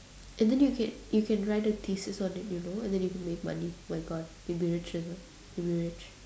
and then you can you can write a thesis on it you know and then you can make money oh my god you'll be rich you know you'll be rich